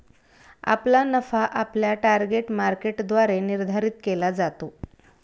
आपला नफा आपल्या टार्गेट मार्केटद्वारे निर्धारित केला जातो